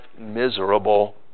miserable